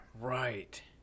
Right